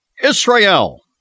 Israel